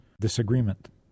disagreement